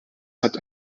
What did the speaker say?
hat